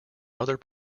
other